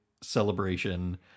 celebration